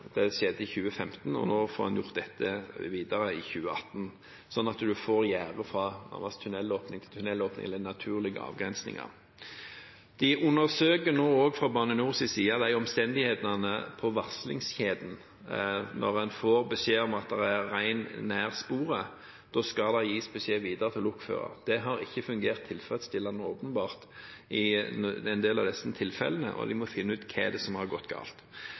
Det skjedde i 2015, og nå får en videreført dette i 2018. Så en får gjerde og naturlige avgrensninger. Fra Bane Nors side undersøkes nå også omstendighetene på varslingskjeden. Når en får beskjed om at det er rein nær sporet, skal det gis beskjed videre til lokfører. Det har åpenbart ikke fungert tilfredsstillende i en del av disse tilfellene, og de må finne ut hva det er som har gått galt.